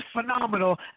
phenomenal